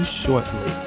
shortly